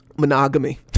monogamy